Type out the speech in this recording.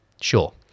Sure